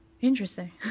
Interesting